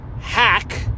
hack